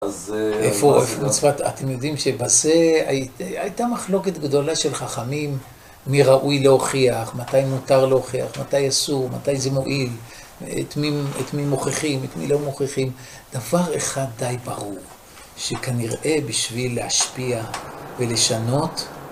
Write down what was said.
איפה, איפה מצוות אה... אתם יודעים שבזה הייתה מחלוקת גדולה של חכמים: מי ראוי להוכיח, מתי מותר להוכיח, מתי אסור, מתי זה מועיל, את מי מוכיחים, את מי לא מוכיחים. דבר אחד די ברור, שכנראה בשביל להשפיע ולשנות,